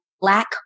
black